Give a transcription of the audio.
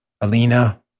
Alina